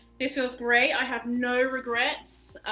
this feels great, i have no regrets.